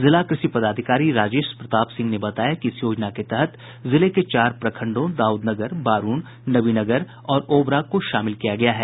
जिला कृषि पदाधिकारी राजेश प्रताप सिंह ने बताया कि इस योजना के तहत जिले के चार प्रखंडों दाउदनगर बारून नबीनगर और ओबरा को शामिल किया गया है